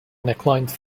necklines